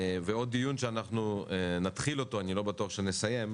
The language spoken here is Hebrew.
ועוד דיון שאנחנו נתחיל אותו, אני לא בטוח שנסיים,